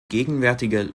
gegenwärtige